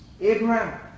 Abraham